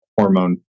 hormone